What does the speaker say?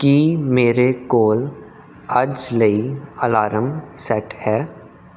ਕੀ ਮੇਰੇ ਕੋਲ ਅੱਜ ਲਈ ਅਲਾਰਮ ਸੈੱਟ ਹੈ